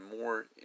more